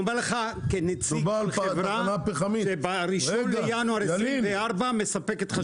אני אומר לך כנציג חברה שב-1.12.24 מספקת חשמל.